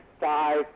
five